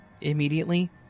Immediately